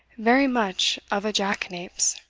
very much of a jackanapes.